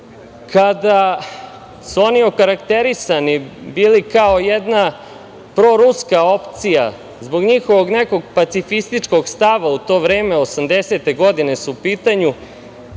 kada su oni okarakterisani bili, kao jedna proruska opcija zbog njihovog nekog pacifističkog stava u to vreme, 80-te godine su u pitanju.